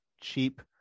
cheap